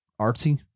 artsy